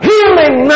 Healing